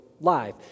Live